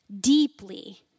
deeply